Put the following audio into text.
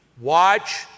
Watch